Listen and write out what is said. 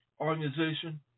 organization